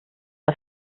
der